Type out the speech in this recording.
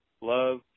Love